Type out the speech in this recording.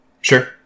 Sure